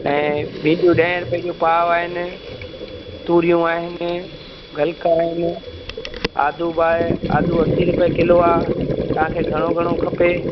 ऐं भिंडियूं ॾह रूपे जी पाव आहिनि तूरियूं आहिनि गल्क आहिनि आदू बि आहे आदू असीं रूपे किलो आहे तव्हांखे घणो घणो खपे